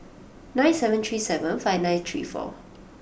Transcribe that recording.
nine seven three seven five nine three four